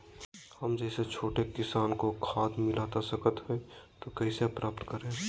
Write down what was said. हम जैसे छोटे किसान को खाद मिलता सकता है तो कैसे प्राप्त करें?